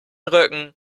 rücken